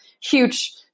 huge